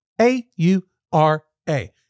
A-U-R-A